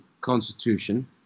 constitution